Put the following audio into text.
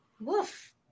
Woof